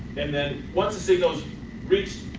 and then once the signal is reached,